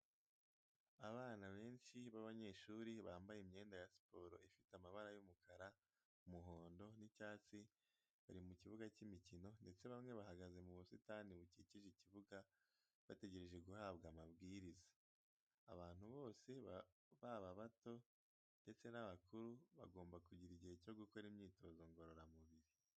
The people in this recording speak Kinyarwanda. Abana benshi b'abanyeshuri bambaye imyenda ya siporo ifite amabara y'umukara umuhondo n'icyatsi bari mu kibuga cy'imikino, ndetse bamwe bahagaze mu busitani bukikije ikibuga bategereje guhabwa amabwiriza. Abantu bose baba abato ndetse n'abakuru bagomba kugira igihe cyo gukora imyitozo ngororamubiri.